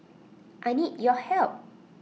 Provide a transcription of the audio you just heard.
I need your help